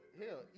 hell